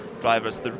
drivers